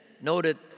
noted